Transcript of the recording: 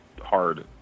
hard